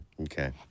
Okay